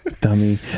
Dummy